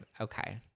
okay